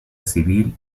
civil